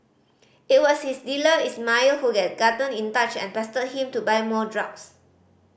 it was his dealer Ismail who gotten in touch and pestered him to buy more drugs